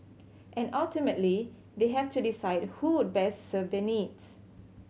and ultimately they have to decide who would best serve their needs